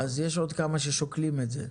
יש עוד כמה ששוקלים את זה.